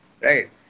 right